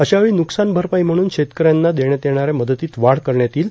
अशावेळी नुकसान भरपाई म्हणून शेतकऱ्यांना देण्यात येणाऱ्या मदतीत वाढ करण्यात येईल